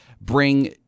bring